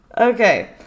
Okay